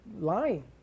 lying